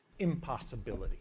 impossibility